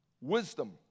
Wisdom